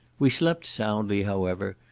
we slept soundly however,